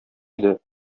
иде